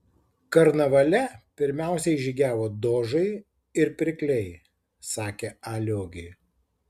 karnavale pirmiausiai žygiavo dožai ir pirkliai sakė a liogė